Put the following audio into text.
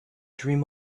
dream